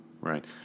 Right